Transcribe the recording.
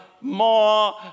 more